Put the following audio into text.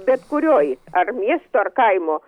bet kurioj ar miesto ar kaimo